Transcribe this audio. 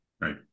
Right